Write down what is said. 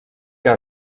que